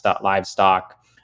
livestock